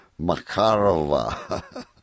Makarova